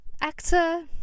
actor